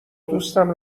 دوستم